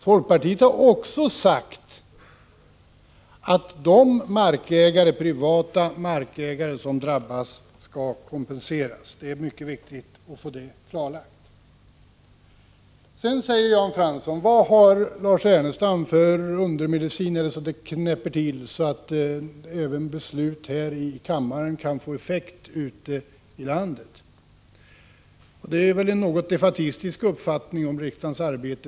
Folkpartiet har också sagt att de privata markägare som drabbas skall kompenseras. Det är mycket viktigt att få det klarlagt. Sedan frågar Jan Fransson: Vad har Lars Ernestam för undermedicin som kan få det att knäppa till så att även beslut här i kammaren får effekt ute i landet? Det är väl en något defaitistisk uppfattning om riksdagens arbete.